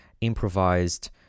improvised